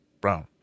Brown